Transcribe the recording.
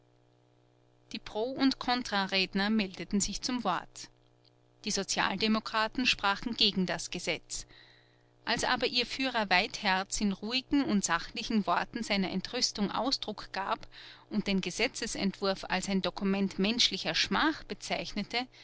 die pro und kontra redner meldeten sich zum wort die sozialdemokraten sprachen gegen das gesetz als aber ihr führer weitherz in ruhigen und sachlichen worten seiner entrüstung ausdruck gab und den gesetzentwurf als ein dokument menschlicher schmach bezeichnete